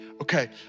Okay